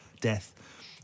death